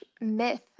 myth